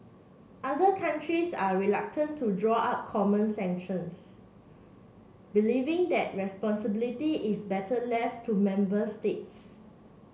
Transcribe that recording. other countries are reluctant to draw up common sanctions believing that responsibility is better left to member states